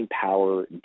power